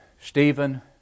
Stephen